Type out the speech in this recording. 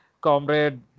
Comrade